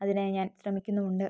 അതിനായി ഞാൻ ശ്രമിക്കുന്നുമുണ്ട്